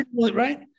right